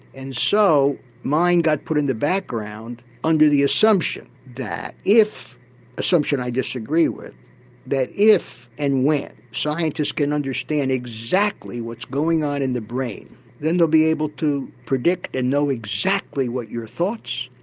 and so mind got put in the background under the assumption that if an assumption i disagree with that if and when scientists can understand exactly what's going on in the brain then they'll be able to predict and know exactly what your thoughts,